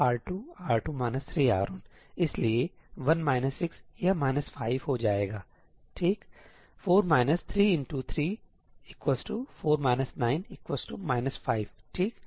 R2 ← R2 3R1इसलिए 1 6यह 5 हो जाएगाठीक 4 - 33 4 - 9 5 ठीक